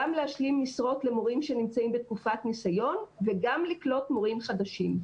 גם להשלים משרות למורים שנמצאים בתקופת ניסיון וגם לקלוט מורים חדשים.